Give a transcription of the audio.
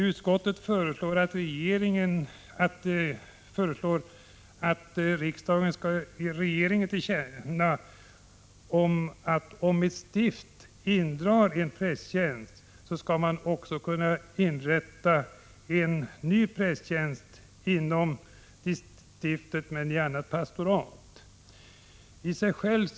Utskottet föreslår att riksdagen skall ge regeringen till känna följande: Om ett stift drar in en prästtjänst, skall man ha rätt att inom stiftet men i ett annat pastorat inrätta en ny prästtjänst.